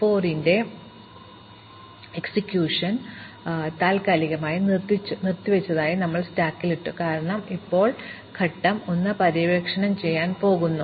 4 ന്റെ execution താൽക്കാലികമായി നിർത്തിവച്ചതായി ഞങ്ങൾ 4 സ്റ്റാക്കിൽ ഇട്ടു കാരണം ഇപ്പോൾ ഞങ്ങൾ ഘട്ടം 1 പര്യവേക്ഷണം ചെയ്യാൻ പോകുന്നു